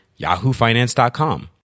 yahoofinance.com